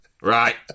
right